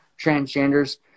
transgenders